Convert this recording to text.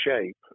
shape